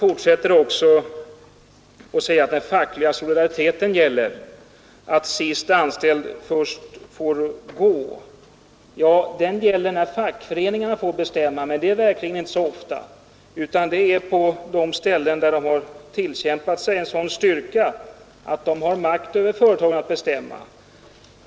Herr Möller fortsatte med att säga att den fackliga solidariteten gäller och att sist anställd först får gå. Ja, den solidariteten gäller när fackföreningarna får bestämma, men det är verkligen inte så ofta, utan det är på de ställen där de tillkämpat sig en sådan styrka att de har makt över företagen att bestämma.